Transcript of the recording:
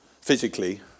physically